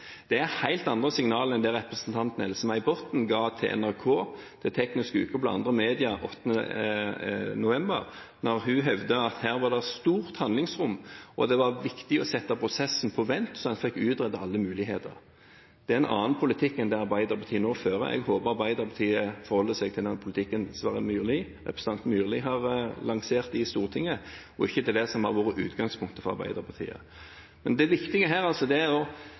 Det er helt andre signaler enn representanten Else-May Botten ga til NRK, til Teknisk Ukeblad og til andre medier den 8. november, da hun hevdet at det her var stort handlingsrom og viktig å sette prosessen på vent, slik at en fikk utredet alle muligheter. Det er en annen politikk enn den Arbeiderpartiet nå fører. Jeg håper Arbeiderpartiet forholder seg til den politikken representanten Myrli har lansert i Stortinget, og ikke til det som har vært utgangspunktet for Arbeiderpartiet. Det viktige er at om en gjør store endringer, betyr det at anbudet må ut på nytt. Alternativt er